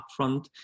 upfront